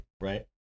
right